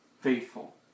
faithful